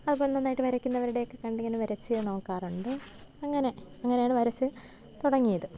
അപ്പം നന്നായിട്ട് വരക്കുന്നവരുടെയൊക്കെ കണ്ടിങ്ങനെ വരച്ച് നോക്കാറുണ്ട് അങ്ങനെ അങ്ങനെയാണ് വരച്ച് തുടങ്ങിയത്